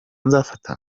nzafata